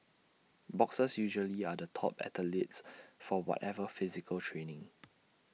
boxers usually are the top athletes for whatever physical training